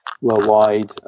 worldwide